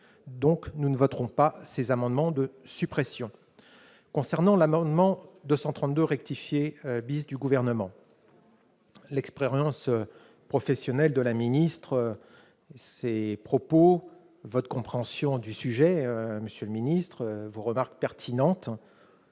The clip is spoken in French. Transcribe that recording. donc nous ne voterons pas ces amendements de suppression concernant l'amendement 230 de rectifier bis du gouvernement. L'ex-prévoyance professionnelle de la ministre, ces propos votre compréhension du sujet, monsieur le ministre vous remarque pertinente